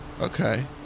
Okay